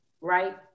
Right